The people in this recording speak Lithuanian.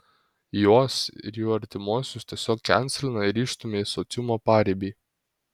juos ir jų artimuosius tiesiog kenselina ir išstumia į sociumo paribį